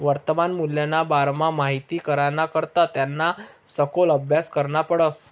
वर्तमान मूल्यना बारामा माहित कराना करता त्याना सखोल आभ्यास करना पडस